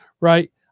Right